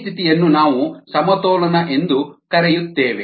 ಈ ಸ್ಥಿತಿಯನ್ನು ನಾವು ಸಮತೋಲನ ಎಂದು ಕರೆಯುತ್ತೇವೆ